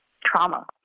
trauma